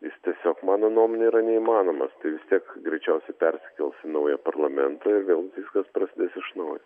jis tiesiog mano nuomone yra neįmanomas tai vis tiek greičiausiai persikels į naują parlamentą ir vėl viskas prasidės iš naujo